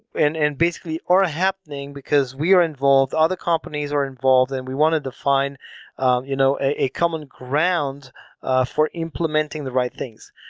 and and basically or ah happening, because we are involved, other companies are involved, and we wanted to find um you know a common ground for implementing the right things.